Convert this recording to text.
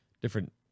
different